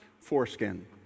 foreskin